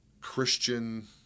Christian